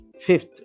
Fifth